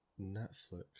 Netflix